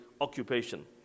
occupation